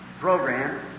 program